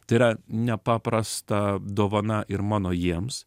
tai yra nepaprasta dovana ir mano jiems